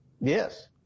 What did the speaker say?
Yes